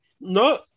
No